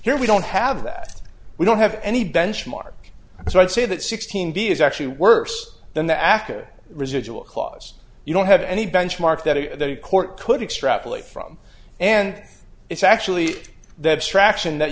here we don't have that we don't have any benchmark so i'd say that sixteen b is actually worse than the after residual clause you don't have any benchmark that a court could extrapolate from and it's actually the abstraction that